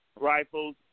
Rifles